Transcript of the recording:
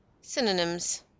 Synonyms